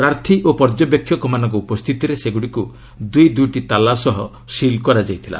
ପ୍ରାର୍ଥୀ ଓ ପର୍ଯ୍ୟବେକ୍ଷକମାନଙ୍କ ଉପସ୍ଥିତିରେ ସେଗୁଡ଼ିକୁ ଦୁଇ ଦୁଇଟି ତାଲା ସହ ସିଲ୍ କରାଯାଇଥିଲା